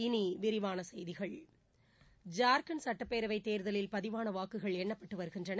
இனி விரிவான செய்திகள் ஜார்க்கண்ட் சட்டப்பேரவைத் தேர்தலில் பதிவான வாக்குகள் எண்ணப்பட்டு வருகின்றன